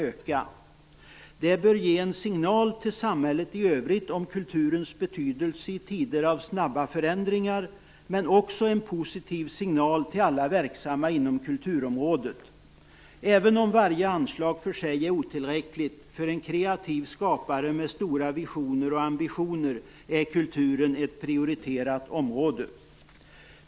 Det bör ge samhället i övrigt en signal om kulturens betydelse i tider av snabba förändringar, men det bör också ge en positiv signal till alla verksamma inom kulturområdet. Även om varje anslag för sig är otillräckligt för en kreativ skapare med stora visioner och ambitioner, är kulturen ett prioriterat område.